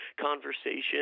conversation